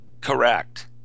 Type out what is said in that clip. correct